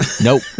Nope